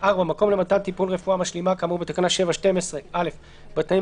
(4) מקום למתן טיפול רפואה משלימה כאמור בתקנה 7(12) - (א) בתנאים